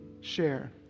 share